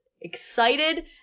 excited